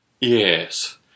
Yes